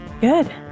Good